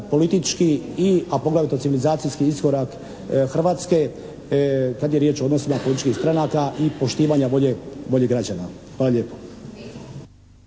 politički i, a poglavito civilizacijski iskorak Hrvatske kada je riječ o odnosima političkih stranaka i poštivanja volje građana. Hvala lijepo.